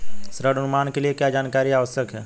ऋण अनुमान के लिए क्या जानकारी आवश्यक है?